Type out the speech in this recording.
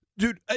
Dude